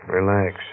relax